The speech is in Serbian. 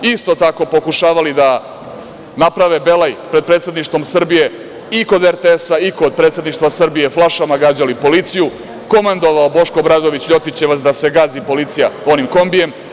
Isto tako pokušavali da naprave belaj pred predsedništvom Srbije i kod RTS-a i kod predsedništva Srbije, flašama gađali policiju, komandovao Boško Obradović LJotićevac da se gazi policija onim kombijem.